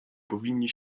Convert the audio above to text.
powinni